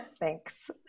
Thanks